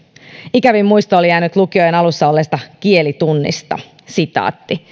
ikävin muisto oli jäänyt lukioajan alussa olleesta kielitunnista